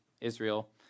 Israel